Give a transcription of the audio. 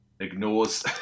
ignores